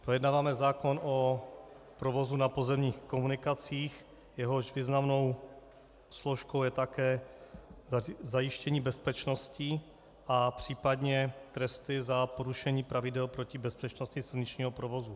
Projednáváme zákon o provozu na pozemních komunikacích, jehož významnou složkou je také zajištění bezpečnosti a příp. tresty za porušení pravidel proti bezpečnosti silničního provozu.